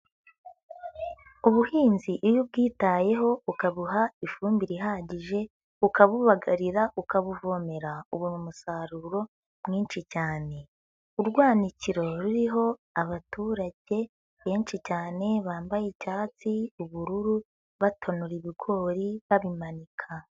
Ubuhinzi iyo ubwitayeho ukabuha ifumbire ihagije, ukabubagarira, ukabuvomera ubona umusaruro mwinshi cyane. Urwanikiro ruriho abaturage benshi cyane bambaye icyatsi, ubururu, batonora ibigori babimanika.